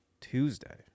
Tuesday